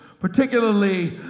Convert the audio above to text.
particularly